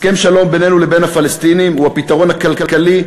הסכם שלום בינינו לבין הפלסטינים הוא הפתרון הכלכלי,